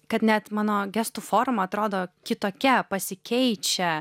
kad net mano gestų forma atrodo kitokia pasikeičia